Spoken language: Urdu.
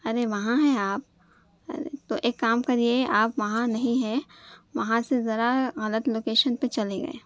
ارے وہاں ہیں آپ ارے تو ایک کام کریے آپ وہاں نہیں ہیں وہاں سے ذرا الگ لوکیشن پہ چلے گیے